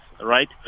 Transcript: right